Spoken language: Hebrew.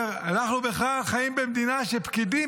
-- אומר: אנחנו בכלל חיים במדינה שפקידים